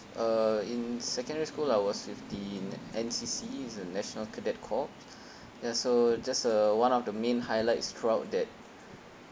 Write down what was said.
uh in secondary school I was with the N_C_C_E is national cadet corps also just uh one of the main highlights throughout that